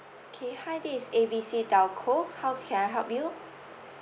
K hi this is A B C telco how can I help you